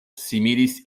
similis